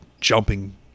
jumping